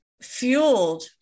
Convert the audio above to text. fueled